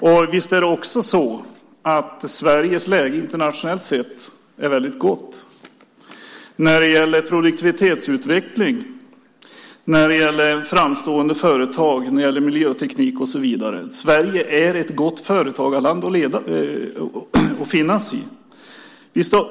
Och visst är det så att Sveriges läge internationellt sett är väldigt gott när det gäller produktivitetsutveckling, när det gäller framstående företag, när det gäller miljöteknik och så vidare. Sverige är ett gott företagarland att finnas i.